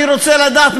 אני רוצה לדעת,